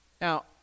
Now